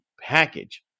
package